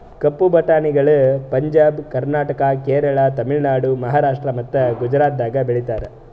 ಕಪ್ಪು ಬಟಾಣಿಗಳು ಪಂಜಾಬ್, ಕರ್ನಾಟಕ, ಕೇರಳ, ತಮಿಳುನಾಡು, ಮಹಾರಾಷ್ಟ್ರ ಮತ್ತ ಗುಜರಾತದಾಗ್ ಬೆಳೀತಾರ